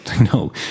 No